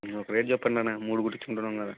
ఇంకొక రేట్ చెప్పండన్నా మూడు కుడుతు రెండున్నరై